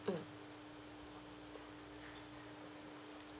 mm